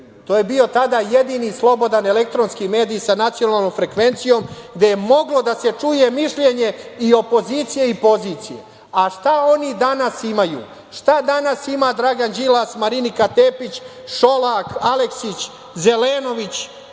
To je bio tada jedini slobodan elektronski mediji sa nacionalnom frekvencijom gde je moglo da se čuje mišljenje i opozicije i pozicije. Šta oni danas imaju? Šta danas ima Dragan Đilas, Marinika Tepić, Šolak, Aleksić, Zelenović